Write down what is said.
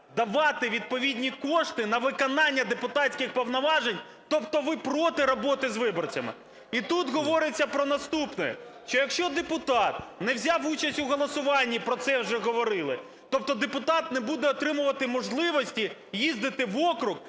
давати відповідні кошти на виконання депутатських повноважень. Тобто ви проти роботи з виборцями. І тут говориться про наступне: що, якщо депутат не взяв участі в голосуванні, про це вже говорили, тобто депутат не буде отримувати можливості їздити в округ